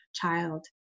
child